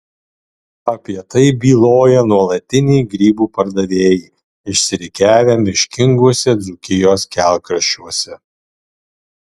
apie tai byloja nuolatiniai grybų pardavėjai išsirikiavę miškinguose dzūkijos kelkraščiuose